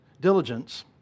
Diligence